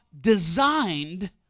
designed